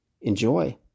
Enjoy